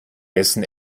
dessen